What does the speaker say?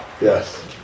yes